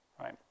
right